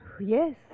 Yes